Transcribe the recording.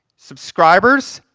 subscribers,